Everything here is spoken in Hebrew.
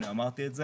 אני אמרתי את זה.